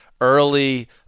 early